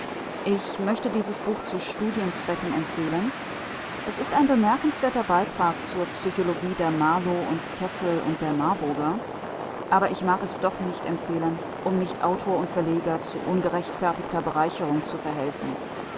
ich möchte dieses buch zu studienzwecken empfehlen es ist ein bemerkenswerter beitrag zur psychologie der marloh und kessel und der marburger aber ich mag es doch nicht empfehlen um nicht autor und verleger zu ungerechtfertigter bereicherung zu verhelfen